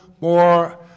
more